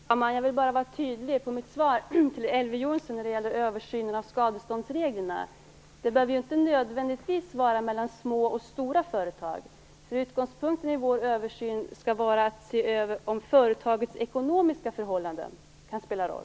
Fru talman! Jag vill bara vara tydlig i mitt svar till Elver Jonsson när det gäller översynen av skadeståndsreglerna. Det behöver inte nödvändigtvis handla om små och stora företag. Utgångspunkten i vår översyn skall vara att se om företagets ekonomiska förhållanden kan spela roll.